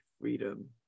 freedom